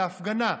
להפגנה.